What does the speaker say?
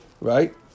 right